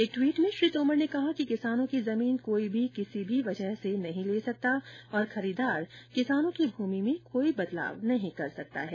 एक ट्वीट में श्री तोमर ने कहा कि किसानों की जमीन कोई भी किसी भी वजह से नहीं ले सकता और खरीदार किसानों की भूमि में कोई बदलाव नहीं कर सकता है